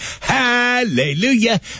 Hallelujah